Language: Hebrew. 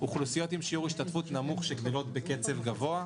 אוכלוסיות עם שיעור השתתפות נמוך שגדלות בקצב גבוה.